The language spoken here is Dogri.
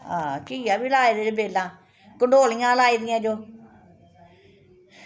हां घिया बी लाई दियां जो बेल्लां कंडोलियां लाई दियां जो